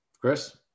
Chris